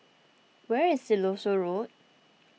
where is Siloso Road